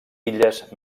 illes